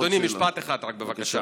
אדוני, ברשותך, בבקשה